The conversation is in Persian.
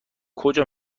کجا